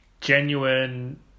genuine